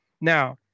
Now